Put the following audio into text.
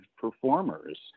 performers